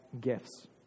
gifts